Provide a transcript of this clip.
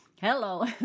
Hello